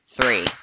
three